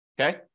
okay